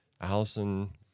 Allison